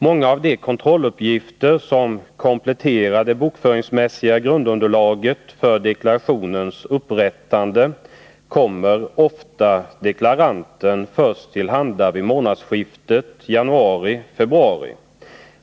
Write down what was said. Många av de kontrolluppgifter som kompletterar det bokföringsmässiga grundunderlaget för deklarationens upprättande kommer ofta deklaranten till handa först vid månadsskiftet januari-februari.